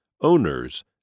owners